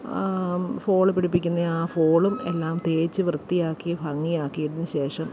fall പിടിപ്പിക്കുന്ന ആ ഫോളും എല്ലാം തേച്ച് വൃത്തിയാക്കി ഭംഗിയാക്കിയതിന് ശേഷം